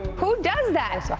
who does that?